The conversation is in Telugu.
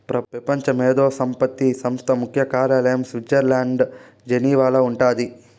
పెపంచ మేధో సంపత్తి సంస్థ ముఖ్య కార్యాలయం స్విట్జర్లండ్ల జెనీవాల ఉండాది